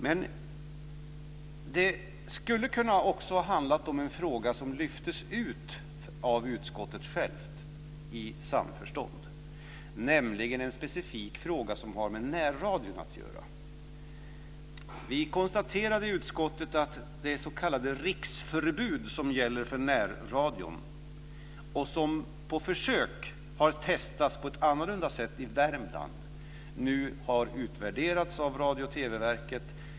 Men det skulle också ha kunnat handla om en fråga som lyftes ut av utskottet självt i samförstånd, nämligen en specifik fråga som har med närradion att göra. Vi konstaterade i utskottet att det s.k. riksförbudet, som gäller för närradion, och som på försök har testats på ett annorlunda sätt i Värmland nu har utvärderats av Radio och TV-verket.